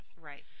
Right